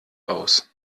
aus